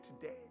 today